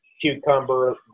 cucumber